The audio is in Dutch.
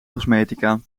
cosmetica